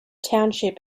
township